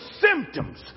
symptoms